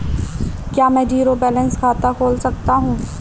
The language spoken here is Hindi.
क्या मैं ज़ीरो बैलेंस खाता खोल सकता हूँ?